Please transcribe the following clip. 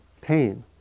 pain